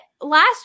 last